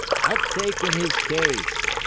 i've taken his case.